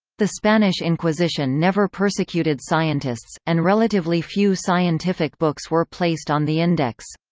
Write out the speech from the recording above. the spanish inquisition never persecuted scientists, and relatively few scientific books were placed on the index.